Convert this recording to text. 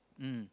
mm